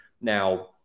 Now